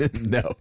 No